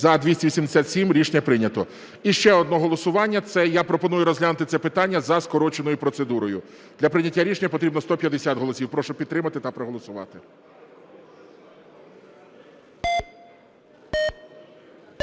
За-287 Рішення прийнято. І ще одне голосування, я пропоную розглянути це питання за скороченою процедурою, для прийняття рішення потрібно 150 голосів. Прошу підтримати та проголосувати.